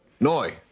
Noi